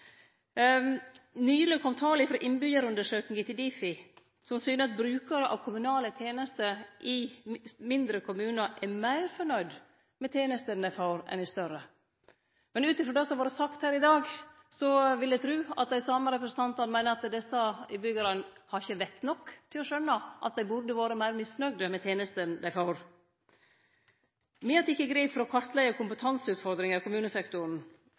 Nyleg kom tal frå innbyggjarundersøkinga til Difi, som synte at brukarar av kommunale tenester i mindre kommunar er meir fornøgde med tenestene dei får, enn dei er i større. Men ut frå det som har vore sagt her i dag, vil eg tru at dei same representantane meiner at desse innbyggjarane ikkje har vett nok til å skjønne at dei burde vore meir misnøgde med tenestene dei får. Me har teke grep for å kartleggje kompetanseutfordringar i kommunesektoren.